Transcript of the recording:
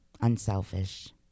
Unselfish